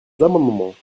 amendements